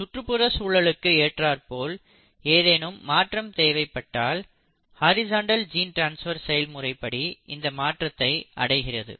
சுற்றுப்புற சூழலுக்கு ஏற்றாற்போல் ஏதேனும் மாற்றம் தேவைப்பட்டால் ஹாரிசான்டல் ஜீன் டிரன்ஸ்ஃபர் செயல் முறைப்படி இந்த மாற்றத்தை அடைகிறது